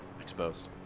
exposed